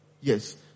Yes